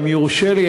אם יורשה לי,